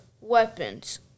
weapons